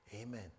Amen